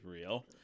real